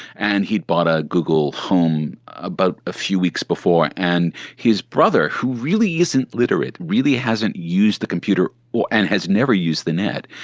and he had bought a google home about a few weeks before. and his brother, who really isn't literate, really hasn't used the computer and has never use the net,